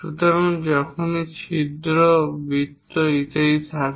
সুতরাং যখনই ছিদ্র বৃত্ত ইত্যাদি থাকে